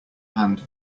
hand